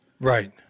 Right